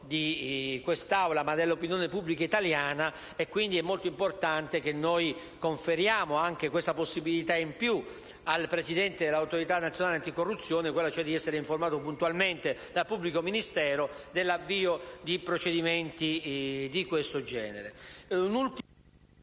di quest'Aula ma anche dell'opinione pubblica italiana. È quindi molto importante dare questa possibilità in più al presidente dell'Autorità nazionale anticorruzione, vale dire essere informato puntualmente dal pubblico ministero dell'avvio di procedimenti di questo genere. Vorrei